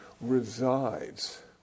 resides